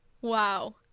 wow